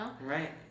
Right